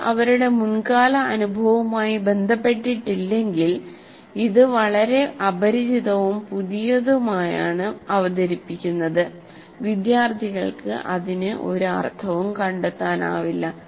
അത് അവരുടെ മുൻകാല അനുഭവവുമായി ബന്ധപ്പെട്ടിട്ടില്ലെങ്കിൽ ഇത് വളരെ അപരിചിതവും പുതിയതുമാണ് അവതരിപ്പിക്കുന്നത് വിദ്യാർത്ഥികൾക്ക് അതിന് ഒരു അർത്ഥവും കണ്ടെത്താനാവില്ല